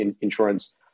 insurance